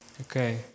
Okay